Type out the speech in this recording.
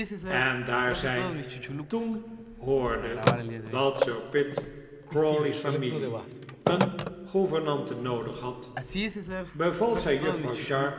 en daar zij toen hoorde dat sir pitt crawley's familie een gouvernante noodig had beval zij juffrouw